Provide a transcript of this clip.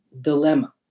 dilemma